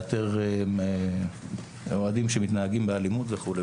לאתר אוהדים שמתנהגים באלימות וכו'.